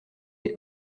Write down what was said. des